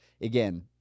again